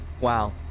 Wow